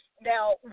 Now